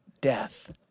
Death